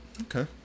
Okay